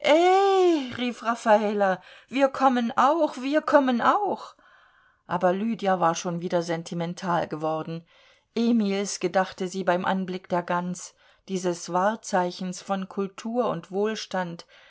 rief raffala wir kommen auch wir kommen auch aber lydia war schon wieder sentimental geworden emils gedachte sie beim anblick der gans dieses wahrzeichens von kultur und wohlstand